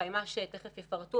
חיימ"ש תכף יפרטו,